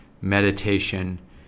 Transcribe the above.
meditation